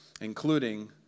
including